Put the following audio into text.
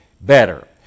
better